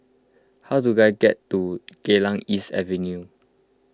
how do I get to Geylang East Avenue